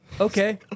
Okay